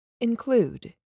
include